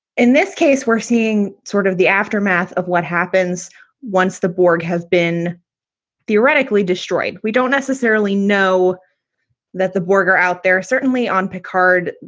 in this case, we're seeing sort of the aftermath of what happens once the borg has been theoretically destroyed. we don't necessarily know that the burger out there, certainly on picard,